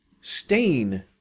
Stain